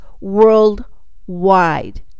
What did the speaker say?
worldwide